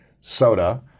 soda